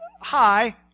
hi